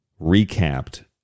recapped